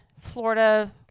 Florida